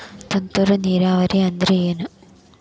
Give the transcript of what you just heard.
ತುಂತುರು ನೇರಾವರಿ ಅಂದ್ರ ಏನ್?